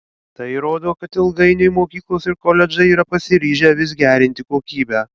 tai rodo kad ilgainiui mokyklos ir koledžai yra pasiryžę vis gerinti kokybę